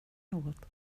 något